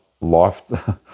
life